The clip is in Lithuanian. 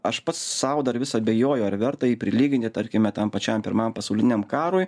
aš pats sau dar vis abejoju ar verta jį prilygini tarkime tam pačiam pirmajam pasauliniam karui